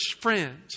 friend